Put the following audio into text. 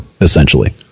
essentially